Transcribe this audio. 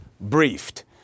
briefed